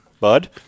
Bud